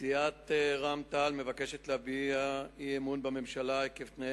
סיעת רע"ם-תע"ל מבקשת להביע אי-אמון בממשלה עקב תנאי